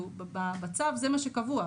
בצו זה מה שקבוע.